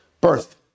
Birth